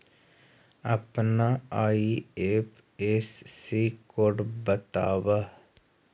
अपना IFSC code बतावअ